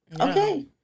Okay